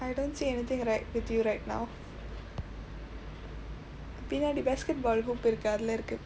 I don't see anything right with you right now பின்னாடி:pinnaadi basketball hoop இருக்கு அதுல இருக்கு:irukku athula irukku